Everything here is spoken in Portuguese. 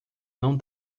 não